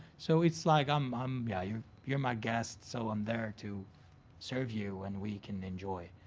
so it's like. um um yeah you're you're my guest, so, i'm there to serve you, and we can enjoy.